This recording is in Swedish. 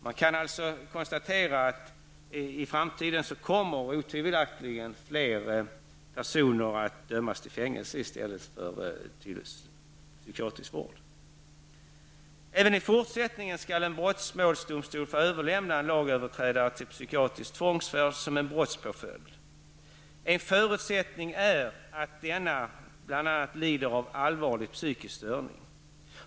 Man kan konstatera att i framtiden kommer otvivelaktigt fler personer att dömas till fängelse i stället för till psykiatrisk vård. Även i fortsättningen skall en brottsmålsdomstol få överlämna en lagöverträdare till psykiatrisk tvångsvård som en brottspåföljd. En förutsättning är att personen bl.a. lider av allvarlig psykisk störning.